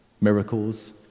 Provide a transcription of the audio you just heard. Miracles